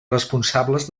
responsables